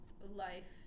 life